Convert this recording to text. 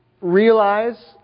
realize